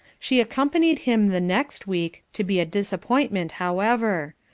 she accompanied him the next week to be a disappointment, however.